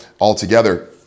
altogether